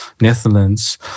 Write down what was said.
Netherlands